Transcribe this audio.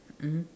mmhmm